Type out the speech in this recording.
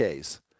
Ks